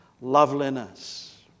loveliness